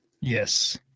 Yes